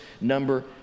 number